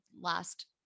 last